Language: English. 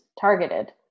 targeted